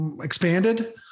expanded